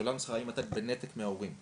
השאלה נוסחה האם אתם בנתק מההורים?